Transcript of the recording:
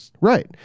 right